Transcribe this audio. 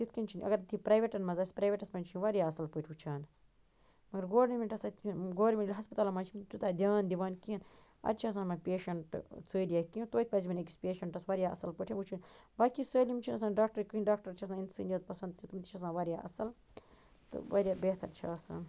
تِتھ کٔنۍ چھنہٕ اگر تہِ پرٛیٚویٹن منٛز آسہِ پریٚوَیٹس منٛز چھُ یہِ وارِیاہ اَصٕل پٲٹھۍ وٕچھان مگر گورمنٹس گورمنٹ ہسپتالن منٛز چھِ نہِ تیوٗتاہ دیان دِوان کیٚنٛہہ اَتہِ چھِ آسان یِمن پیٚشنٹ ژٔرۍ یا کینٛہہ توتہِ پزِ یِمن أکِس پیٚشنٹس وارِیاہ اَصٕل پٲٹھۍ وٕچھُن باقٕے سٲلِم چھُ نہٕ آسان ڈاکٹر کینٛہہ ڈاکٹر چھ آسان اِنسٲنِیت پسند تم چھِ آسان وارِیاہ اَصٕل تہِ وارِیاہ بہتر چھِ آسان